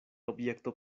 objekto